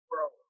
world